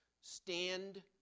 stand